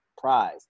prize